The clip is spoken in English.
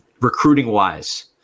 recruiting-wise